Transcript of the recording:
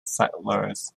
settlers